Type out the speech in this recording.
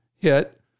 hit